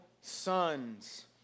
sons